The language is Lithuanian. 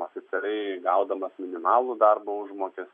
oficialiai gaudamas minimalų darbo užmokestį